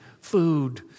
food